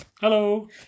Hello